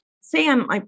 Sam